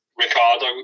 Ricardo